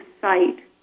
site